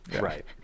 right